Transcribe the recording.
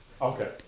okay